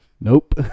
Nope